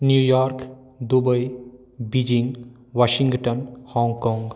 New York Dubai Beijing Washington Hong Kong